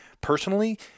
personally